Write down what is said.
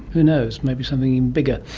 who knows, maybe something even bigger.